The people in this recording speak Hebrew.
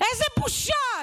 איזו בושה את.